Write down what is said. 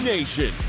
Nation